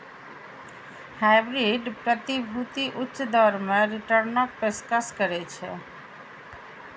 hybrid प्रतिभूति उच्च दर मे रिटर्नक पेशकश करै छै